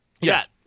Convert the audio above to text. Yes